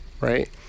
right